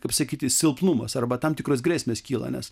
kaip sakyti silpnumas arba tam tikros grėsmės kyla nes